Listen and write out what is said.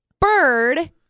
bird